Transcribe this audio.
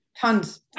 tons